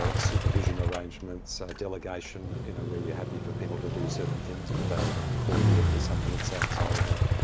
ah supervision arrangements, delegation, you know where you're happy for people to do certain things but they call you if there's something that's outside of that.